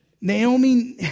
Naomi